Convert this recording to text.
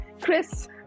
Chris